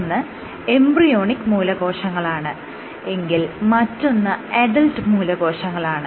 ഒന്ന് എംബ്രിയോണിക് മൂലകോശങ്ങളാണ് എങ്കിൽ മറ്റൊന്ന് അഡൽറ്റ് മൂലകോശങ്ങളാണ്